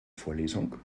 vorlesung